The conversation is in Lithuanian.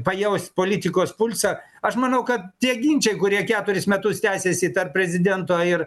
pajaust politikos pulsą aš manau kad tie ginčai kurie keturis metus tęsiasi tarp prezidento ir